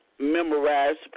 Memorized